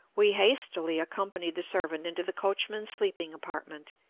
we hastily accompanied the servant into the coachman's sleeping apartment,